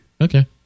Okay